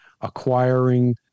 acquiring